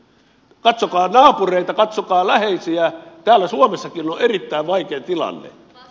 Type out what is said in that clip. katsokaa naapureita katsokaa läheisiä täällä suomessakin on erittäin vaikea tilanne